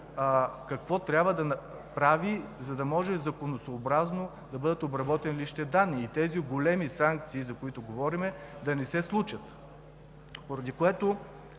какво трябва да направи, за да може законосъобразно да бъдат обработени личните данни и тези големи санкции, за които говорим, да не се случат. Ние